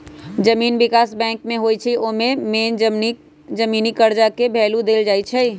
जमीन विकास बैंक जे होई छई न ओमे मेन जमीनी कर्जा के भैलु देल जाई छई